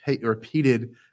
repeated